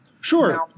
Sure